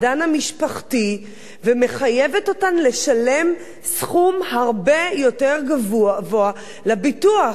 המשפחתי ומחייבת אותן לשלם סכום הרבה יותר גבוה על ביטוח.